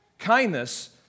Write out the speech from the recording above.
Kindness